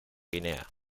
guinea